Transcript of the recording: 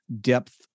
depth